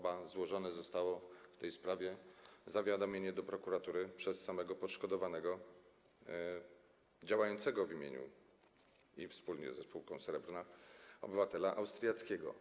Ba, złożone zostało w tej sprawie zawiadomienie do prokuratury przez samego poszkodowanego, który działał w imieniu i wspólnie ze spółką Srebrna, obywatela austriackiego.